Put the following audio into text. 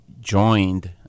joined